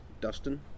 Dustin